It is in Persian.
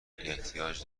احتیاج